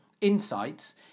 insights